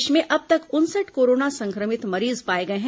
प्रदेश में अब तक उनसठ कोरोना संक्रमित मरीज पाए गए हैं